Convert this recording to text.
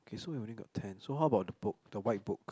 okay so we only got ten so how about the book the white book